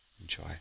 Enjoy